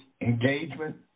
engagement